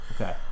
Okay